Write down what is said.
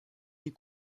des